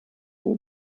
den